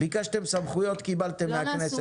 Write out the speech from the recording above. ביקשתם סמכויות, קיבלתם מהכנסת.